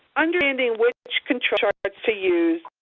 understanding which control charts to use,